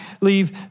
leave